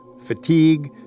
fatigue